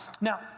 Now